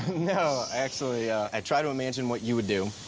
no, actually, i try to imagine what you would do,